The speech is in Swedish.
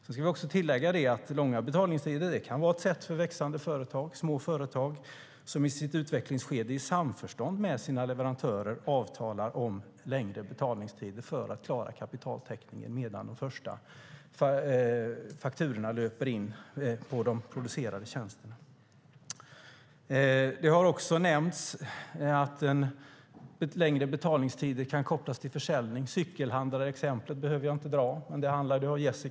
Jag ska också tillägga att långa betalningstider kan vara ett sätt för växande och små företag som i sitt utvecklingsskede i samförstånd med sina leverantörer avtalar om längre betalningstider för att klara kapitaltäckningen medan de första fakturorna för de producerade tjänsterna löper in. Det har också nämnts att längre betalningstider kan kopplas till försäljning. Jag behöver inte dra exemplet med cykelhandlare, som Jessika Vilhelmsson har talat om.